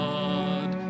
God